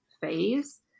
phase